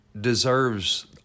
deserves